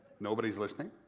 nobody's listening.